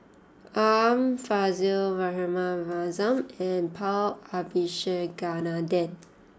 Art Fazil Rahayu Mahzam and Paul Abisheganaden